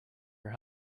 your